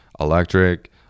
electric